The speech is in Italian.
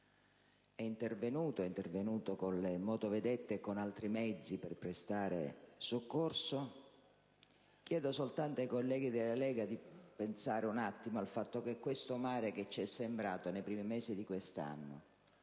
che, anzi, è intervenuto con le motovedette e con altri mezzi per prestare soccorso. Chiedo soltanto ai colleghi della Lega di pensare al fatto che questo mare, che ci è sembrato nei primi mesi di quest'anno